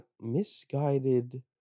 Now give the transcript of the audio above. misguided